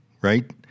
right